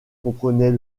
comprenait